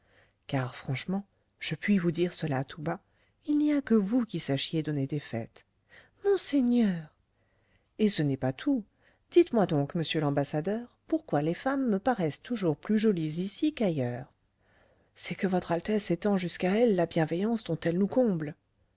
car franchement je puis vous dire cela tout bas il n'y a que vous qui sachiez donner des fêtes monseigneur et ce n'est pas tout dites-moi donc monsieur l'ambassadeur pourquoi les femmes me paraissent toujours plus jolies ici qu'ailleurs c'est que votre altesse étend jusqu'à elles la bienveillance dont elle nous comble